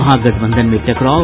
महागठबंधन में टकराव